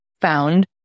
found